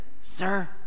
sir